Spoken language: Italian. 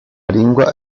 lingua